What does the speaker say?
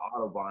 autobahn